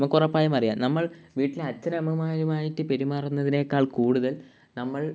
നമുക്ക് ഉറപ്പായും അറിയാം നമ്മൾ വീട്ടിൽ അച്ഛനമ്മമാരുമായിട്ട് പെരുമാറുന്നതിനേക്കാൾ കൂടുതൽ നമ്മൾ